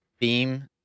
theme